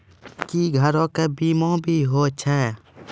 क्या घरों का भी बीमा होता हैं?